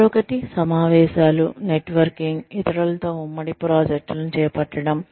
మరొకటి సమావేశాలు నెట్వర్కింగ్ ఇతరులతో ఉమ్మడి ప్రాజెక్టులను చేపట్టడం